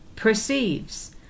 perceives